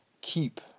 keep